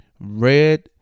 Red